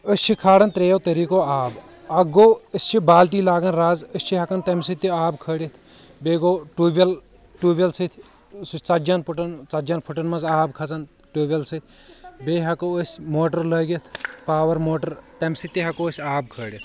أسۍ چھِ کھالان ترٛیٚیَو طٔریٖقو آب اکھ گوٚو أسۍ چھِ بالٹی لاگان رز أسۍ چھِ ہیٚکان تیٚمہِ سۭتۍ تہِ آب کھٲلِتھ بییٚہِ گوٚو ٹوٗیب وٮ۪ل ٹوٗیب وٮ۪ل سۭتۍ سُہ چھُ ژتجی ہن فٹن ژتجی ہن فٹن منٛز آب کھژان ٹوٗیب وٮ۪ل سۭتۍ بییٚہِ ہیٚکو أسۍ موٹر لٲگِتھ پاور موٹر تیٚمہِ سۭتۍ تہِ ہیٚکو أسۍ آب کھٲلِتھ